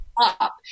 up